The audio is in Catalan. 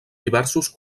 diversos